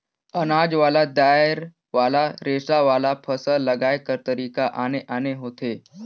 अनाज वाला, दायर वाला, रेसा वाला, फसल लगाए कर तरीका आने आने होथे